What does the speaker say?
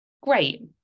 Great